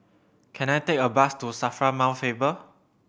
can I take a bus to SAFRA Mount Faber